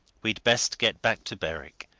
we'd best get back to berwick,